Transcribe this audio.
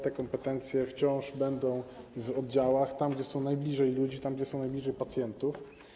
Te kompetencje wciąż będą w oddziałach, tam gdzie są najbliżej ludzi, tam gdzie są najbliżej pacjentów.